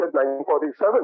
1947